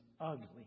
ugly